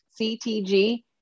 CTG